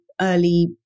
early